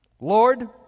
Lord